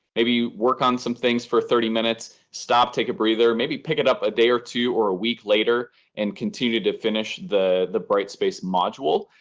maybe you work on some things for thirty minutes, stop, take a breather, maybe pick it up a day or two or a week later and continue to finish the the bright space module.